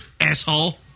asshole